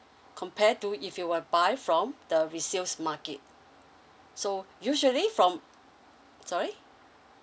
compare to if you were buy from the resales market so usually from sorry